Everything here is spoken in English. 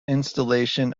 installation